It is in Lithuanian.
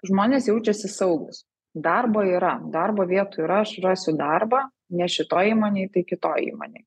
žmonės jaučiasi saugūs darbo yra darbo vietų yra aš rasiu darbą ne šitoj įmonėj tai kitoje įmonėj